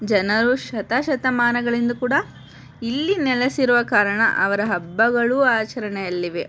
ಜನರು ಶತ ಶತಮಾನಗಳಿಂದ ಕೂಡ ಇಲ್ಲಿ ನೆಲೆಸಿರುವ ಕಾರಣ ಅವರ ಹಬ್ಬಗಳು ಆಚರಣೆಯಲ್ಲಿವೆ